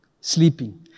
Sleeping